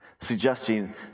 suggesting